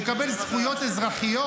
-- שמקבל זכויות אזרחיות,